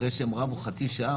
אחרי שהם רבו חצי שעה,